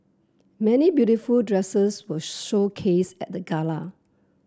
many beautiful dresses were showcased at the gala